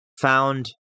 found